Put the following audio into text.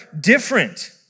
different